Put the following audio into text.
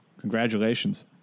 congratulations